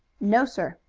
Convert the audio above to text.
no, sir.